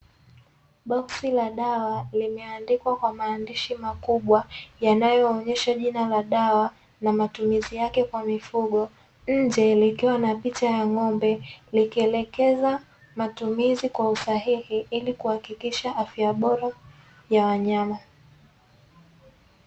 Boksi la dawa limeandikwa kwa maandishi makubwa yanayoonyesha jina la dawa na matumizi yake kwa mifugo, nje likiwa na picha ya ng'ombe likielekeza matumizi kwa usahihi ili kuhakikisha afya bora ya wanyama.